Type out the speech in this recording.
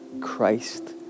Christ